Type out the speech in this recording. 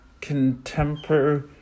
contemporary